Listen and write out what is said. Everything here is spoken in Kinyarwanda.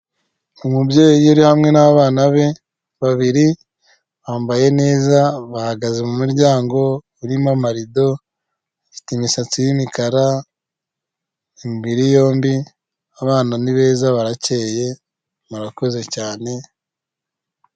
Umubyeyi yari hamwe n'abana be babiri bambaye neza bahagaze mumuryango urimo amarido afite imisatsi y'imikara imibiri yombi abana ni beza barakeye murakoze cyane.